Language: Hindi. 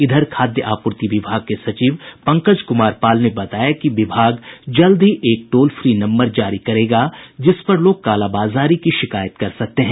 इधर खाद्य आपूर्ति विभाग के सचिव पंकज कुमार पाल ने बताया कि विभाग जल्द ही एक टोल फी नम्बर जारी करेगा जिस पर लोग कालाबाजारी की शिकायत कर सकते हैं